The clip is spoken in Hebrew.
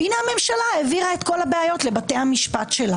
והינה הממשלה העבירה את כל הבעיות לבתי המשפט.